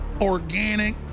organic